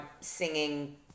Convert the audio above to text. singing